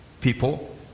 people